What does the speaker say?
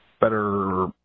Better